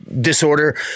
disorder